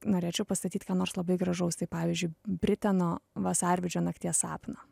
norėčiau pastatyt ką nors labai gražaus tai pavyzdžiui briteno vasarvidžio nakties sapną